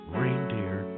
reindeer